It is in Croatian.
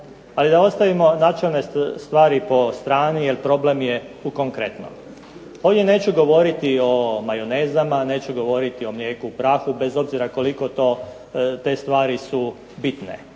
Ali da ostavimo načelne stvari po strani jer problem je u konkretnom. Ovdje neću govoriti o majonezama, neću govoriti o mlijeku u prahu bez obzira koliko te stvari su bitne.